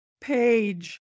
page